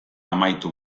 amaitu